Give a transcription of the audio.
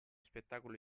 spettacolo